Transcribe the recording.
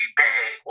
big